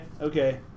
okay